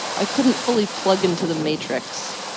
i couldn't fully plug into the matrix.